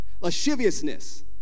lasciviousness